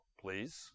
please